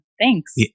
Thanks